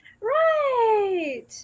right